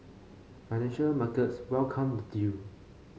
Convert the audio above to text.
financial markets welcomed the deal